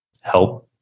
help